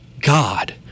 God